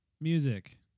music